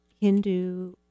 Hindu